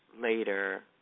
later